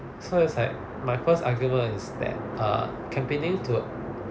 so is like my first argument is that err comparing to